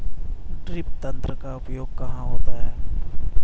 Drip तंत्र का उपयोग कहाँ होता है?